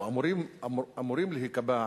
או אמורים להיקבע,